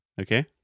Okay